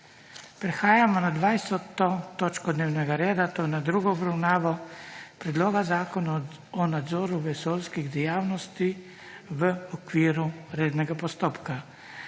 prekinjeno20. točko dnevnega reda, to je s tretjo obravnavo Predloga zakona o nadzoru vesoljskih dejavnosti v okviru rednega postopka.